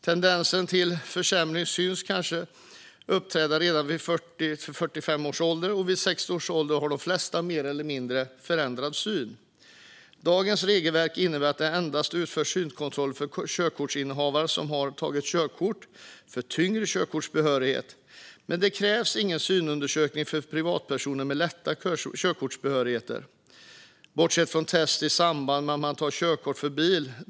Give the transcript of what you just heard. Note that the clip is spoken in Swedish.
Tendenser till försämrad syn kan uppträda redan vid 40-45 års ålder, och vid 60 års ålder har de flesta mer eller mindre förändrad syn. Dagens regelverk innebär att det endast utförs synkontroller för körkortsinnehavare som har tagit körkort för tyngre körkortsbehörigheter. Det krävs ingen synundersökning för privatpersoner med lättare körkortsbehörigheter, bortsett från testet i samband med att man tar körkort för bil.